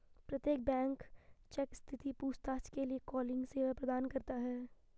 प्रत्येक bank cheque स्थिति पूछताछ के लिए कॉलिंग सेवा प्रदान करता हैं